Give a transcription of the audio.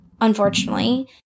unfortunately